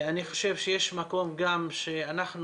אני חושב שיש מקום גם שאנחנו,